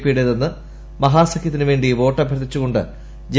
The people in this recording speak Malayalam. പി യുടേതെന്ന് മഹാസക്യിൽത്തിനുവേണ്ടി വോട്ട് അഭ്യർത്ഥിച്ചുകൊണ്ട് ജെ